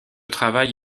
travail